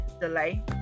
delay